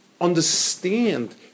understand